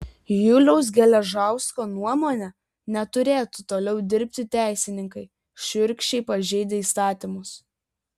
juliaus geležausko nuomone neturėtų toliau dirbti teisininkai šiurkščiai pažeidę įstatymus